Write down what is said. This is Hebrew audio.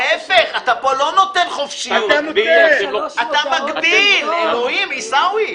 יהיה לך שלוש פעמים דאבל-ספרד.